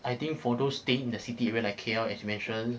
I think for those staying in the city where like K_L as you mentioned